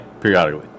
Periodically